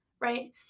right